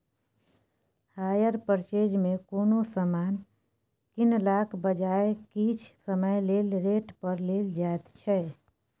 hire purchase मे कोनो समान कीनलाक बजाय किछ समय लेल रेंट पर लेल जाएत छै